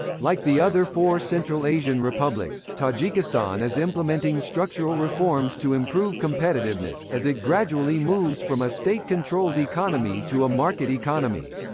like the other four central asian republics, tajikistan is implementing structural reforms to improve competitiveness, as it gradually moves from a state-controlled economy to a market economy.